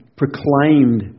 proclaimed